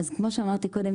אז כמו שאמרתי קודם,